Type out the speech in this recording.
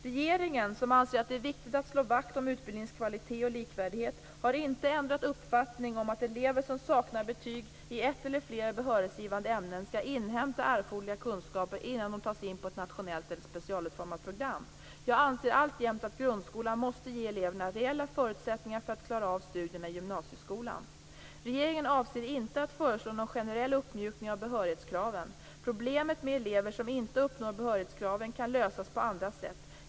Regeringen, som anser att det är viktigt att slå vakt om utbildningens kvalitet och likvärdighet, har inte ändrat uppfattning om att elever som saknar betyg i ett eller flera behörighetsgivande ämnen skall inhämta erforderliga kunskaper innan de tas in på ett nationellt eller specialutformat program. Jag anser alltjämt att grundskolan måste ge eleverna reella förutsättningar för att klara av studierna i gymnasieskolan. Regeringen avser inte att föreslå någon generell uppmjukning av behörighetskraven. Problemet med elever som inte uppnår behörighetskraven kan lösas på andra sätt.